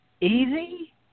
easy